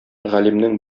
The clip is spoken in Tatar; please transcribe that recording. галимнең